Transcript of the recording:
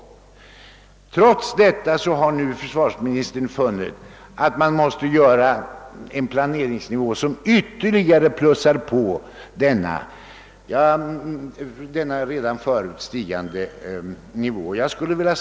Trots detta har nu försvarsministern funnit att det är nödvändigt med en planeringsnivå som går ytterligare utöver denna redan tidigare stigande nivå.